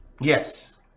Yes